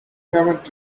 haven’t